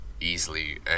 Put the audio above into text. easily